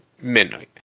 midnight